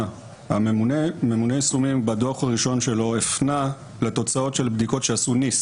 ממונה היישומים בדוח הראשון שלו הפנה לתוצאות של בדיקות שעשו NIST